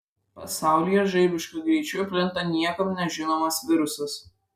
pasaulyje žaibišku greičiu plinta niekam nežinomas virusas